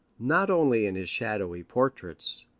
not only in his shadowy portraits,